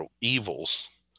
evils